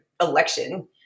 election